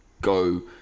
go